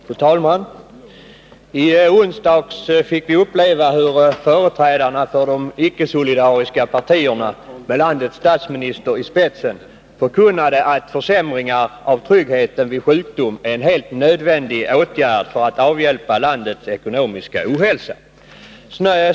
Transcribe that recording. Fru talman! I onsdags fick vi uppleva hur företrädarna för de ickesolidariska partierna, med landets statsminister i spetsen, förkunnande att genomförandet av försämringar av tryggheten vid sjukdom är en helt nödvändig åtgärd för att avhjälpa landets ekonomiska ohälsa.